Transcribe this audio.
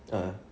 (uh huh)